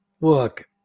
look